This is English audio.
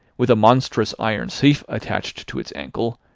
with a monstrous iron safe attached to its ankle,